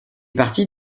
parties